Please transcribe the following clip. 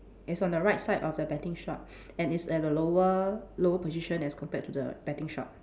it's on the right side of the betting shop and it's at the lower lower position as compared to the betting shop